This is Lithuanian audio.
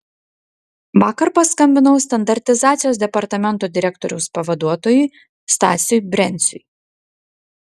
vakar paskambinau standartizacijos departamento direktoriaus pavaduotojui stasiui brenciui